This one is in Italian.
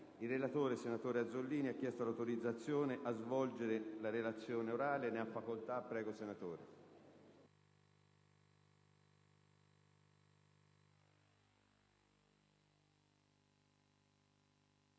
Il relatore, senatore Azzollini, ha chiesto l'autorizzazione a svolgere la relazione orale. Non facendosi